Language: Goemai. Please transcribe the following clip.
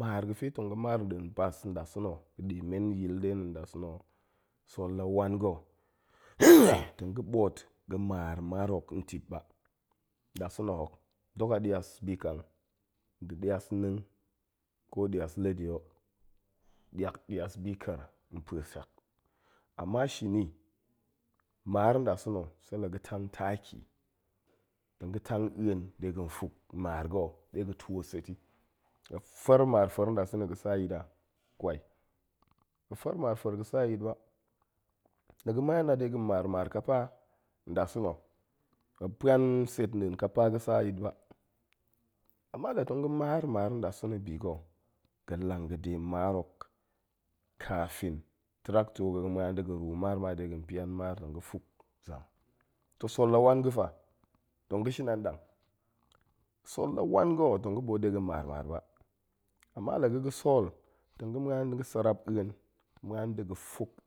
maar ga̱fe tong ga̱ maar nɗin pas nɗasa̱na̱ ga̱ ɗe men yil nɗe na̱ nɗasa̱na̱, sool la wan ga̱, tong ga̱ ɓoot ga̱ maar-maar hok ntit ba, nɗasa̱na̱ hok. dok a ɗias bi nkang, nda̱ nias neng, ko a nias lede o, niak, nias bi ƙer npueshak. ama shini, maar nɗasa̱na̱, se la ga̱ tang taki, tong ga̱ tang a̱en de ga̱n fuk nmaar ga̱ ɗe ga̱ tuu set i. muop fa̱er maaar fa̱er ga̱ saa yit a, kwai, muop fa̱er maar fa̱er ga̱ saa yit ba. la ga̱ na̱an a de ga̱n maar-maar ƙapa, nɗasa̱na, muop puan set nɗin maar ƙapa ga̱ saa yit ba, ama la tong ga̱ maar-maar nɗasa̱na bigo, ga̱ langn ga̱de maar hok kafin tractor ga̱, ga̱ ma̱an de ga̱n ruu maar ma de ga̱n pian maar tong ga̱ fuk zak. toh sool la wan ga̱ fa, tong ga̱ shin an ɗang. sool la wan ga̱, tong ga̱ ɓoot de ga̱n maar-maar ba, ama la ga̱ ga̱ sool, tong ga̱ ma̱an ḏe ga̱ sarap a̱en, ma̱an da̱ ga̱ fuk